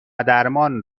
درمان